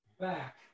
back